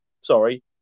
Sorry